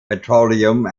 petroleum